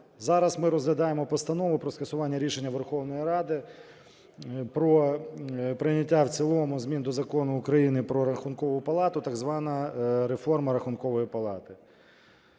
зараз ми розглядаємо Постанову про скасування рішення Верховної Ради про прийняття в цілому змін до Закону України "Про Рахункову палату", так звана реформа Рахункової палати.